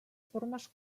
formes